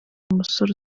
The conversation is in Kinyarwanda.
umusore